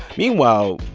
meanwhile,